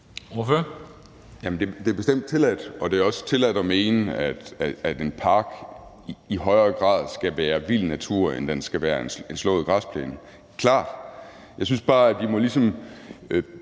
Det er bestemt tilladt, og det er også tilladt at mene, at en park i højere grad skal være vild natur, end den skal være en slået græsplæne